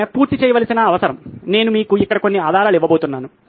ఆమె పూర్తి చేయవలసిన అవసరం నేను మీకు ఇక్కడ కొన్ని ఆధారాలు ఇవ్వబోతున్నాను